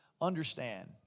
understand